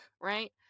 right